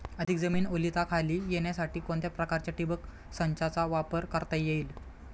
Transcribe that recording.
अधिक जमीन ओलिताखाली येण्यासाठी कोणत्या प्रकारच्या ठिबक संचाचा वापर करता येईल?